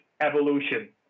evolution